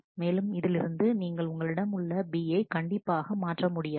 மேலும் இதிலிருந்து நீங்கள் உங்களிடம் உள்ள B கண்டிப்பாக மாற்ற முடியாது